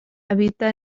habita